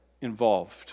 involved